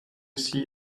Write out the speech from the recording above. see